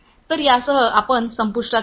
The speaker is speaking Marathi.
तर यासह आपण संपुष्टात येऊ